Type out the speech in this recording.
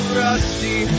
rusty